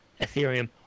Ethereum